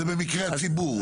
זה במקרה הציבור.